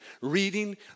reading